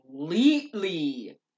completely